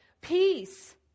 peace